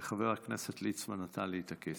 זה חבר הכנסת ליצמן נתן לי את הכסף.